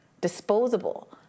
disposable